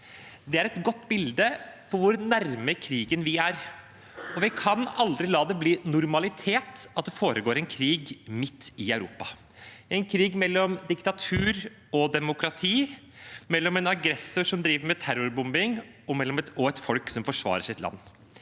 Det er et godt bilde på hvor nær krigen vi er, og vi kan aldri la det bli en normalitet at det foregår en krig midt i Europa – en krig mellom diktatur og demokrati, mellom en aggressor som driver med terrorbombing, og et folk som forsvarer sitt land.